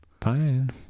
Fine